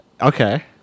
Okay